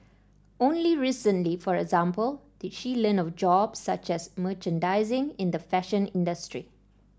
only recently for example did she learn of jobs such as merchandising in the fashion industry